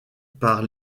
par